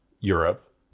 Europe